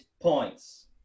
points